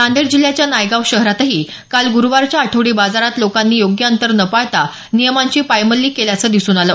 नांदेड जिल्ह्याच्या नायगाव शहरातही काल ग्रूवारच्या आठवडी बाजारात लोकांनी योग्य अंतर न पाळता नियमांची पायमल्ली केल्याचं दिसून आलं